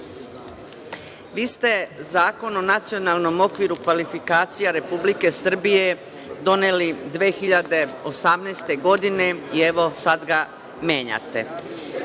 Vi ste Zakon o nacionalnom okviru kvalifikacija Republike Srbije doneli 2018. godine i evo sada ga menjate.U